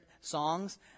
songs